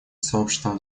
сообществом